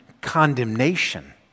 condemnation